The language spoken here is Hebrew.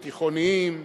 התיכוניים,